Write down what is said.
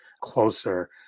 closer